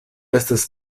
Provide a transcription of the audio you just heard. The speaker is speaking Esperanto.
estas